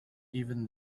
even